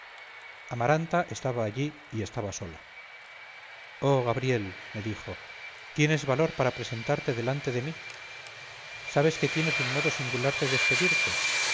amaranta estaba allí y estaba sola oh gabriel me dijo tienes valor para presentarte delante de mí sabes que tienes un modo singular de despedirte